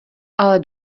ale